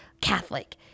Catholic